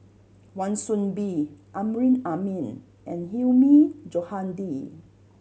Wan Soon Bee Amrin Amin and Hilmi Johandi